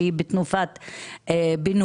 שנמצאת בתקופת בינוי,